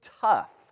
tough